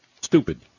Stupid